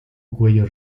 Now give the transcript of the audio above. cuello